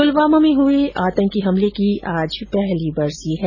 पुलवामा में हुए आतंकी हमले की आज पहली बरसी है